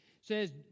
says